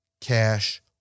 cash